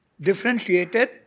differentiated